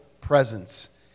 presence